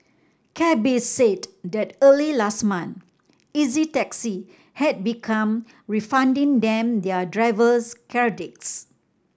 cabbies said that early last month Easy Taxi had began refunding them their drivers credits